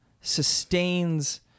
sustains